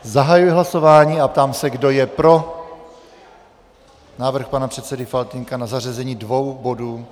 Zahajuji hlasování a ptám se, kdo je pro návrh pana předsedy Faltýnka na zařazení dvou bodů.